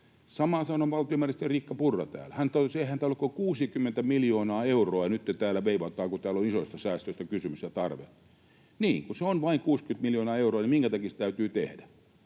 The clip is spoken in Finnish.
Samaa sanoi valtiovarainministeri Riikka Purra täällä. Hän totesi, että eihän tämä ole kuin 60 miljoonaa euroa ja nytten täällä veivataan, kun on isoista säästöistä kysymys ja tarve. Niin, kun se on vain 60 miljoonaa euroa, eli minkä takia se täytyy tehdä?